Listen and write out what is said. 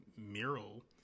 mural